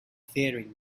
faring